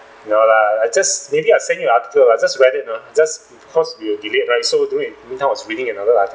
no lah I just maybe I'll send you an article lah I just read it uh just cause we were delayed right so during in the meantime I was reading another